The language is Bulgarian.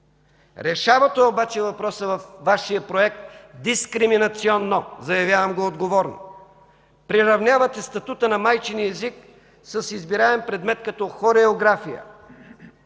Решавате обаче въпроса във Вашия проект дискриминационно, заявявам го отговорно – приравнявате статута на майчиния език с избираем предмет като хореография